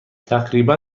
تقریبا